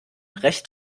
recht